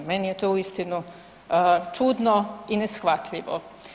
Meni je to uistinu čudno i neshvatljivo.